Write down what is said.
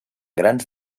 grans